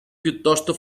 piuttosto